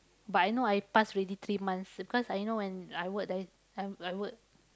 but I know I pass already three months because I know when I work there I I work